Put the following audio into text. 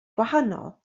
gwahanol